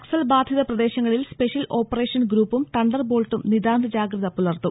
നക്സൽ ബാധിത പ്രദേശങ്ങളിൽ special operation ഗ്രൂപ്പും തണ്ടർ ബോൾട്ടും നിതാന്ധജാഗ്രത പുലർത്തും